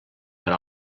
per